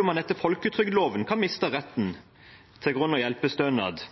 om man etter folketrygdloven kan miste retten til grunn- og hjelpestønad,